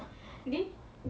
ya